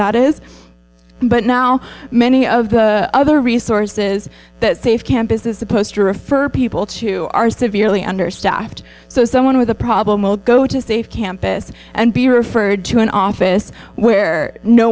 that is but now many of the other resources that safe campus is supposed to refer people to are severely understaffed so someone with a problem will go to a safe campus and be referred to an office where no